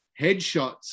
headshots